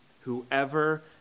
Whoever